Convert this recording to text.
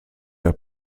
der